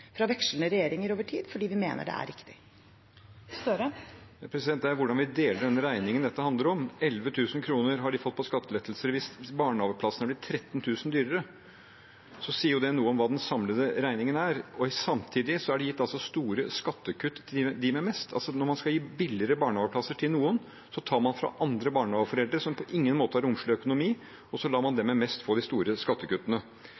fra vekslende regjeringer over tid fordi vi mener det er riktig. Det åpnes for oppfølgingsspørsmål – først Jonas Gahr Støre. Det er jo hvordan vi deler denne regningen, dette handler om: De har fått 11 000 kr i skattelettelser, men hvis barnehageplassene er blitt 13 000 kr dyrere, sier det noe om hva den samlede regningen er. Samtidig er det gitt store skattekutt til dem med mest. Altså: Når man skal gi billigere barnehageplasser til noen, tar man fra andre barnehageforeldre som på ingen måte har romslig økonomi, og så lar man dem med mest få de